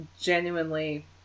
genuinely –